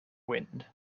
wind